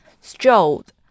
strolled